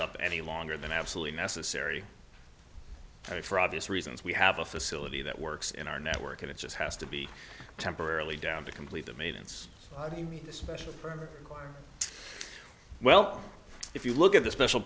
up any longer than absolutely necessary and for obvious reasons we have a facility that works in our network and it just has to be temporarily down to complete the maiden's meet the special permit well if you look at the special